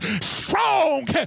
strong